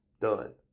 Done